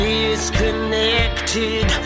Disconnected